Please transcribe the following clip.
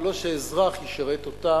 ולא שהאזרח ישרת אותה,